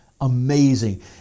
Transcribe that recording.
amazing